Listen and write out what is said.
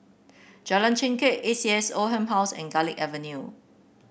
Jalan Chengkek A C S Oldham Halls and Garlick Avenue